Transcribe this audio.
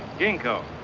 ginkgo.